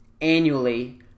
annually